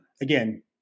again